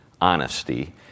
honesty